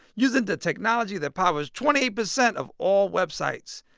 using the technology that powers twenty eight percent of all websites,